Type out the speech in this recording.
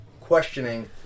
questioning